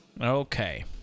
Okay